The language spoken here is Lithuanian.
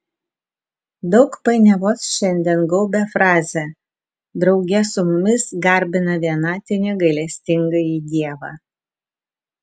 daug painiavos šiandien gaubia frazę drauge su mumis garbina vienatinį gailestingąjį dievą